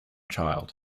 child